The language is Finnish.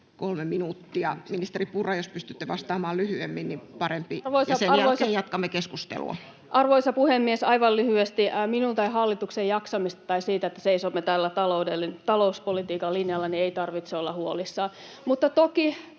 minuuttia, ministeri Purra, ja jos pystytte vastaamaan lyhyemmin, niin parempi. Sen jälkeen jatkamme keskustelua. Arvoisa puhemies! Aivan lyhyesti. Minun tai hallituksen jaksamisesta tai siitä, että seisomme tällä talouspolitiikan linjalla, ei tarvitse olla huolissaan. Mutta toki,